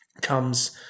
comes